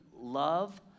love